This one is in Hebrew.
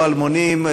לא אלמונים,